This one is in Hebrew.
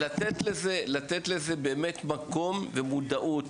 צריך לתת לזה יותר מקום ולהעלות את המודעות.